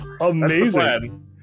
amazing